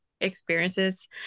experiences